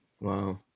Wow